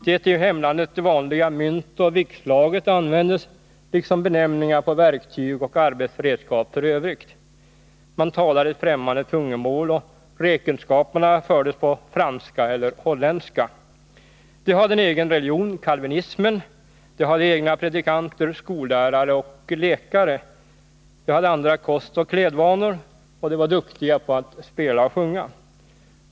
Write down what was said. Det i hemlandet vanliga myntoch viktslaget användes liksom benämningar på verktyg och arbetsredskap f. ö. Man talade ett främmande tungomål, och räkenskaperna fördes på franska eller holländska. De hade en egen religion — kalvinismen — de hade egna predikanter, skollärare och läkare. De hade andra kostoch klädvanor, de var duktiga på att sjunga och spela.